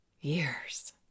Years